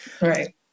Right